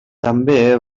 també